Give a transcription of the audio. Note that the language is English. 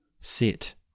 sit